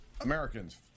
Americans